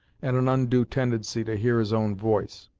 and an undue tendency to hear his own voice